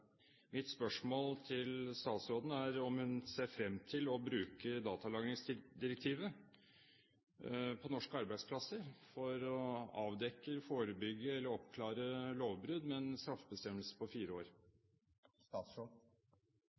Mitt spørsmål til statsråden er om hun ser frem til å bruke datalagringsdirektivet på norske arbeidsplasser for å avdekke, forebygge eller oppklare lovbrudd, med en strafferamme på fire år?